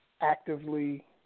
actively